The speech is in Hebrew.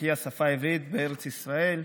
מחיה השפה העברית בארץ ישראל.